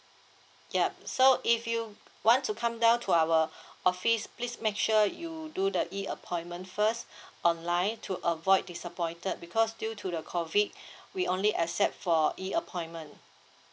yup so if you want to come down to our office please make sure you do the E appointment first online to avoid disappointed because due to the COVID we only accept for E appointment